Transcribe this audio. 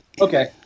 Okay